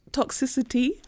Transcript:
toxicity